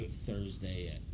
Thursday